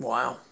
Wow